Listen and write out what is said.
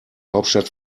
hauptstadt